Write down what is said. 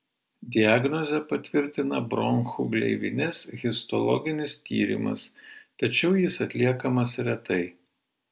diagnozę patvirtina bronchų gleivinės histologinis tyrimas tačiau jis atliekamas retai